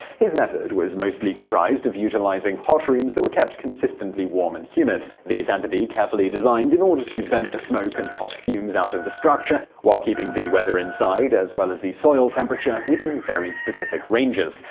his method was mostly comprised of utilising hotrooms that were kept consistently warm and humid. these had to be carefully designed in order to vent the smoke and hot fumes out of the structure, while keeping the weather inside, as well as the soil temperature, within very specific ranges.